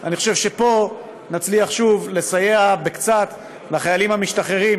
אני חושב שפה נצליח שוב לסייע קצת לחיילים המשתחררים,